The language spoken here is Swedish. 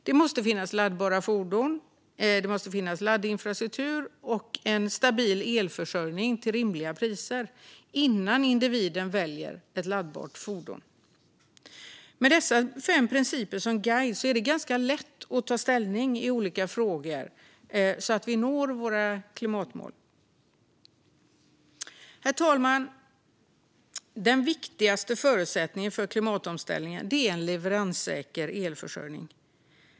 Det måste finnas laddbara fordon, laddinfrastruktur och en stabil elförsörjning till rimliga priser innan individen väljer ett laddbart fordon. Med dessa fem principer som guide är det ganska lätt att ta ställning i olika frågor, så att vi når våra klimatmål. Herr talman! Den viktigaste förutsättningen för klimatomställningen är en leveranssäker elförsörjning.